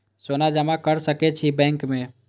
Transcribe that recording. सोना जमा कर सके छी बैंक में?